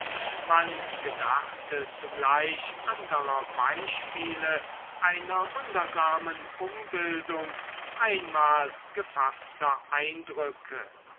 man gedachte zugleich anderer beispiele einer wundersamen umbildung einmal gefaßter eindrücke